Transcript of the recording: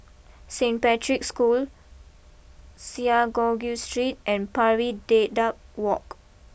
Saint Patrick School Synagogue Street and Pari Dedap walk